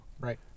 Right